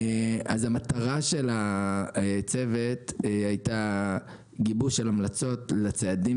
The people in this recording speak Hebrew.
המטרה של הצוות הייתה גיבוש המלצות לצעדים